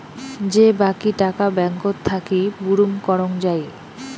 যে বাকী টাকা ব্যাঙ্কত থাকি বুরুম করং যাই